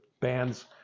bands